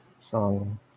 song